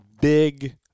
big